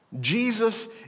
Jesus